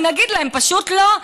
ונגיד להם פשוט: לא.